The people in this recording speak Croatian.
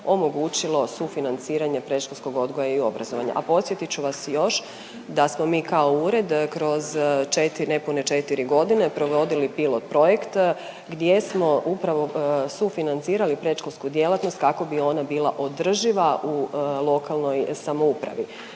omogućilo sufinanciranje predškolskog odgoja i obrazovanja, a podsjetit ću vas i još da smo mi kao ured kroz 4, nepune 4 godine provodili pilot projekt gdje smo upravo sufinancirali predškolsku djelatnost kako bi ona bila održiva u lokalnoj samoupravi.